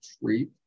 treat